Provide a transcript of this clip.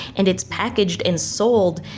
and it's packaged and sold,